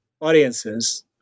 audiences